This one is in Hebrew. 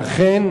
ואכן